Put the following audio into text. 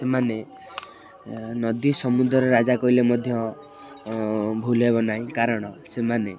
ସେମାନେ ନଦୀ ସମୁଦ୍ର ରାଜା କହିଲେ ମଧ୍ୟ ଭୁଲ୍ ହେବ ନାହିଁ କାରଣ ସେମାନେ